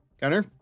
Gunner